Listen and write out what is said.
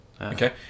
Okay